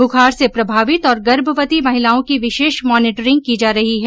बुखार से प्रमावित और गर्भवती महिलाओं की विशेष मॉनिटरिंग की जा रही है